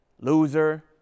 loser